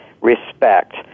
respect